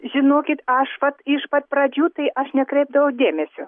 žinokit aš vat iš pat pradžių tai aš nekreipdavau dėmesio